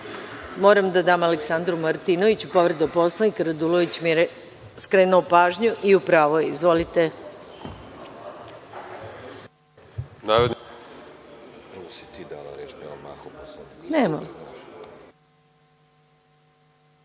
da dam Aleksandru Martinoviću povredu Poslovnika. Radulović mi je skrenuo pažnju i u pravu je. Izvolite.